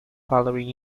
following